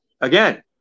again